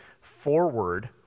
forward